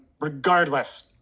regardless